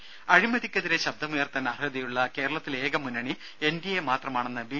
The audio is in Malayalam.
രുമ അഴിമതിക്കെതിരെ ശബ്ദമുയർത്താൻ അർഹതയുള്ള കേരളത്തിലെ ഏക മുന്നണി എൻഡിഎ മാത്രമാണെന്ന് ബി